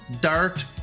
Dart